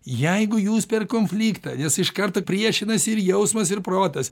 jeigu jūs per konfliktą nes iš karto priešinasi ir jausmas ir protas